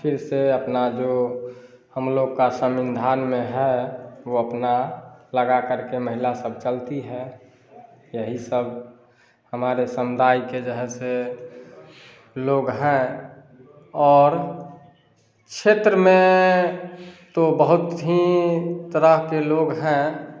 फिर से अपना जो हमलोग का संविधान में है वह अपना लगा करके महिला सब चलती है यही सब हमारे समुदाय का जो है सो लोग है और क्षेत्र में तो बहुत ही तरह के लोग हैं